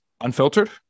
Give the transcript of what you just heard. unfiltered